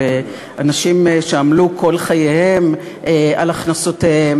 של אנשים שעמלו כל חייהם על הכנסותיהם